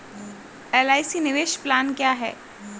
LIC निवेश plan क्या है?